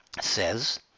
says